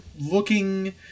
looking